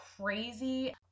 crazy